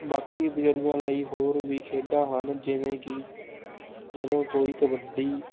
ਬਾਕੀ ਬਜ਼ੁਰਗਾਂ ਲਈ ਹੋਰ ਵੀ ਖੇਡਾਂ ਹਨ ਜਿਵੇਂ ਕਿ ਜਦੋਂ ਕੋਈ ਕਬੱਡੀ